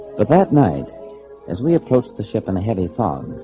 but that night as we approached the ship in the heavy fog.